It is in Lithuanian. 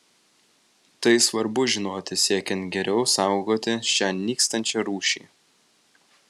tai svarbu žinoti siekiant geriau saugoti šią nykstančią rūšį